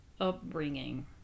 upbringing